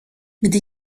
gdy